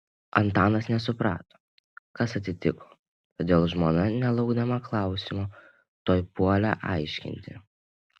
antanas nesuprato kas atsitiko todėl žmona nelaukdama klausimo tuoj puolė aiškinti